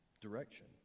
direction